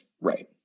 right